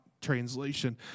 translation